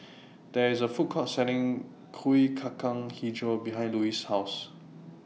There IS A Food Court Selling Kuih Kacang Hijau behind Lois' House